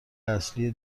اصلی